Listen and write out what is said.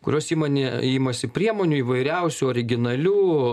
kuriuos įmonė imasi priemonių įvairiausių originalių a